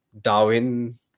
Darwin